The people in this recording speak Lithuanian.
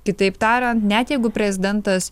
kitaip tariant net jeigu prezidentas